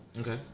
Okay